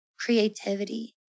creativity